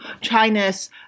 China's